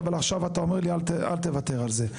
אבל עכשיו אתה אומר לי אל תוותר על זה.